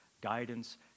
guidance